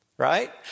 right